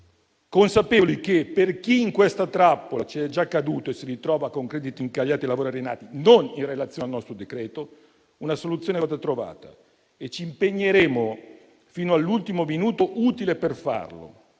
consapevoli che per chi in questa trappola ci è già caduto e si ritrova a lavorare con crediti incagliati, nati non in relazione al nostro decreto, una soluzione vada trovata e ci impegneremo fino all'ultimo minuto utile per farlo,